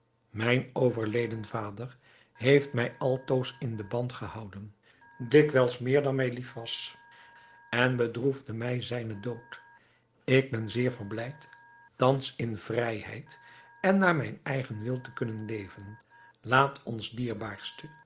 mijn overleden vader heeft mij altoos in den band gehouden dikwijls meer dan mij lief was en bedroefde mij zijnen dood ik ben zeer verblijd thans in vrijheid en naar mijn eigen wil te kunnen leven laat ons dierbaarste